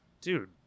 Dude